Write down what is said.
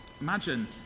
Imagine